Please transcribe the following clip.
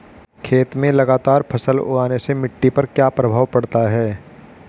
खेत में लगातार फसल उगाने से मिट्टी पर क्या प्रभाव पड़ता है?